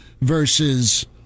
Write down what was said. Versus